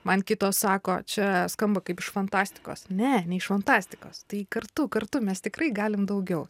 man kitos sako čia skamba kaip iš fantastikos ne ne iš fantastikos tai kartu kartu mes tikrai galim daugiau